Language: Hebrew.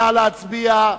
נא להצביע,